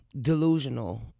delusional